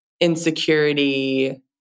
insecurity